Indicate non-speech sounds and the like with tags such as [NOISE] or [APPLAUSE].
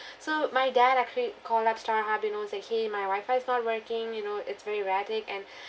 [BREATH] so my dad actually called up starhub you know he's like !hey! my wi-fi is not working you know it's very erratic and [BREATH]